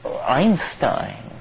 Einstein